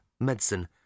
medicine